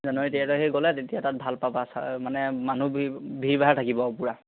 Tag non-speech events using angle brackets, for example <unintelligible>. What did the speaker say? জানুৱাৰী তেৰ তাৰিখে গ'লে তেতিয়া তাত ভাল পাবা <unintelligible> মানে মানুহ ভিৰ ভাৰ থাকিব পূৰা